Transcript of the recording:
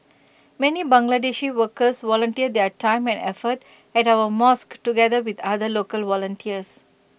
many Bangladeshi workers volunteer their time and effort at our mosques together with other local volunteers